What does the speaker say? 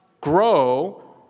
grow